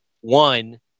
one